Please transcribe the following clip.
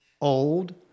old